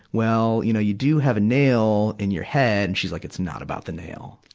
well, you know, you do have a nail in your head. and she like, it's not about the nail.